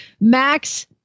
Max